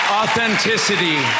authenticity